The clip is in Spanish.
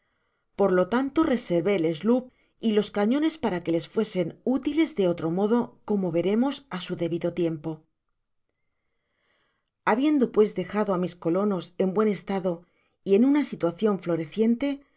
por lo tanto reservé el sloop y los cañones para que les fuesen útiles de otro modo como veremos á su debido tiempo habiendo pues dejado á mis colonos en buen estado y en una situacion floreciente